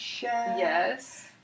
Yes